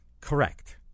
Correct